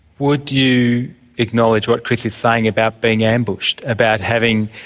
would you acknowledge what chris is saying about being ambushed, about having?